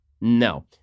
no